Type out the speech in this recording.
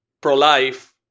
pro-life